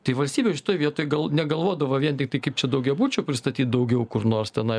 taip valstybė šitoj vietoj gal negalvodavo vien tiktai kaip čia daugiabučių pristatyti daugiau kur nors tenai